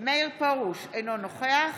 מאיר פרוש, אינו נוכח